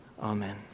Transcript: Amen